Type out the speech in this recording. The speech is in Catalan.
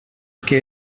que